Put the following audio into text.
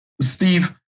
Steve